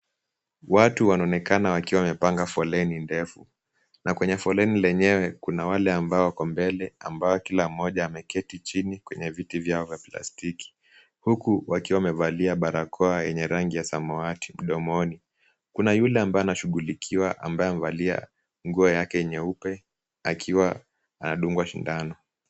Watu wanonekana wakiwa wamepanga foleni ndefu. Na kwenye foleni lenyewe kuna wale ambao wako mbele ambao kila mmoja ameketi chini kwenye viti vyao vya plastiki. Huku wakiwa wamevalia barakoa yenye rangi ya samawati kudomoni. Kuna yule ambaye anashughulikiwa ambaye amevalia nguo yake nyeupe, akiwa anadungwa shindano.